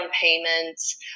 payments